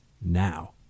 now